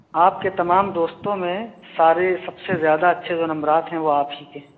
آپ کے تمام دوستوں میں سارے سب سے زیادہ اچھے جو نمبرات ہیں وہ آپ ہی کے ہیں